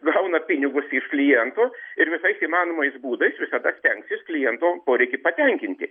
gauna pinigus iš klientų ir visais įmanomais būdais visada stengsis kliento poreiki patenkinti